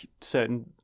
certain